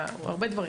הרבה דברים.